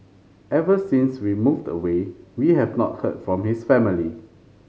ever since we moved away we have not heard from his family